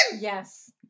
Yes